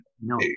No